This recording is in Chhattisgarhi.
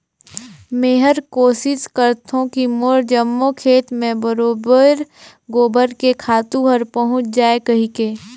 मेहर कोसिस करथों की मोर जम्मो खेत मे बरोबेर गोबर के खातू हर पहुँच जाय कहिके